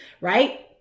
right